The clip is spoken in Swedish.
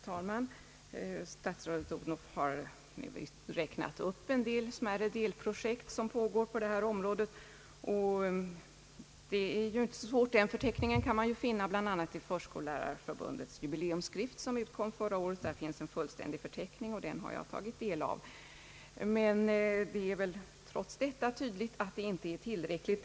Herr talman! Statsrådet har räknat upp några smärre delprojekt på detta område. Det är inte så svårt, den förteckningen kan man finna bl.a. i förskollärarförbundets jubileumsskrift som utkom förra året. I den finns en fullständig förteckning och den har jag tagit del av. Trots detta är det arbete som pågår tydligen inte tillräckligt.